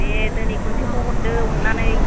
दे दिनै खनसेखौ हरदो अन्नानै